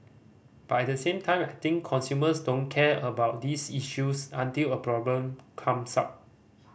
but at the same time I think consumers don't care about these issues until a problem comes up